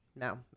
no